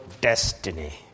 destiny